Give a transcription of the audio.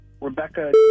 Rebecca